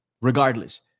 regardless